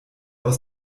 aus